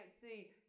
see